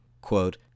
quote